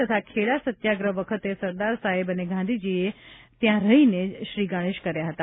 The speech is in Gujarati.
તથા ખેડા સત્યાગ્રહ વખતે સરદાર સાહેબ અને ગાંધીજીએ અહી રહીને જ શ્રીગણેશ કર્યા હતા